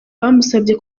bamusabye